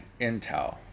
intel